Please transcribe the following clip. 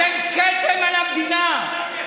אתם כתם על המדינה.